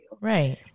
right